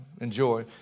enjoy